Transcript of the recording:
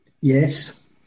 Yes